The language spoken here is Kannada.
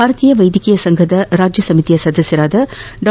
ಭಾರತೀಯ ವೈದ್ಯಕೀಯ ಸಂಘದ ರಾಜ್ಯ ಸಮಿತಿ ಸದಸ್ಯ ಡಾ